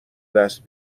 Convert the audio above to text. دست